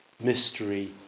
mystery